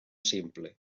simple